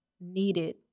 needed